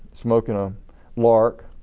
smoking a lark